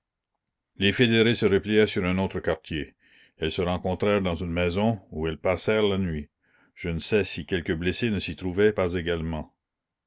les fédérés se repliaient sur un autre quartier elles se rencontrèrent dans une maison où elles passèrent la nuit je ne sais si quelques blessés ne s'y trouvaient pas également